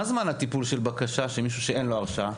מה זמן הטיפול של בקשה של מישהו שאין לו הרשעה?